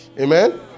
Amen